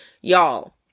Y'all